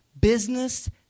business